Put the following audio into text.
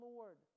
Lord